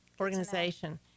organization